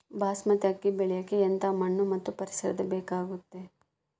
ಬಾಸ್ಮತಿ ಅಕ್ಕಿ ಬೆಳಿಯಕ ಎಂಥ ಮಣ್ಣು ಮತ್ತು ಪರಿಸರದ ಬೇಕಾಗುತೈತೆ?